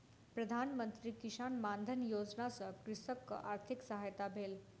प्रधान मंत्री किसान मानधन योजना सॅ कृषकक आर्थिक सहायता भेल